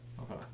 Okay